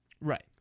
Right